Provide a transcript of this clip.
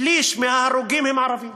שליש מההרוגים הם ערבים.